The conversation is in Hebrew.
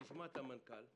נשמע את המנכ"ל,